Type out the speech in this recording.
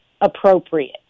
appropriate